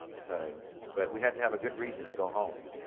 so but we had to have a good reason to go home.